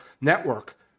network